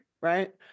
right